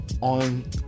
On